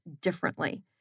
differently